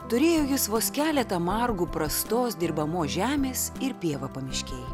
turėjo jis vos keletą margų prastos dirbamos žemės ir pievą pamiškėj